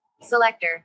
selector